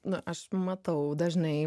nu aš matau dažnai